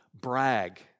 brag